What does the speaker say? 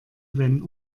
wenn